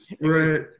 right